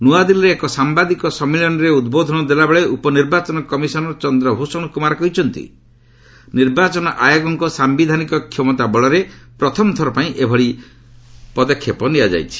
ନ୍ତଆଦିଲ୍ଲୀରେ ଏକ ସାମ୍ଭାଦିକ ସମ୍ମିଳନୀରେ ଉଦ୍ବୋଧନ ଦେଲାବେଳେ ଉପନିର୍ବାଚନ କମିଶନର୍ ଚନ୍ଦ୍ରଭ୍ଷଣ କୁମାର କହିଛନ୍ତି ନିର୍ବାଚନ ଆୟୋଗଙ୍କ ସାୟିଧାନିକ କ୍ଷମତା ବଳରେ ପ୍ରଥମ ଥରପାଇଁ ଏଭଳି ପଦକ୍ଷେପ ନିଆଯାଇଛି